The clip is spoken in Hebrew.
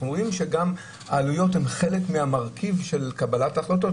אנחנו שגם העלויות הן חלק מהמרכיב של קבלת ההחלטות.